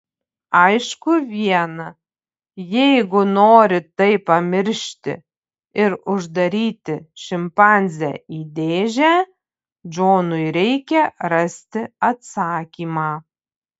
aišku viena jeigu nori tai pamiršti ir uždaryti šimpanzę į dėžę džonui reikia rasti atsakymą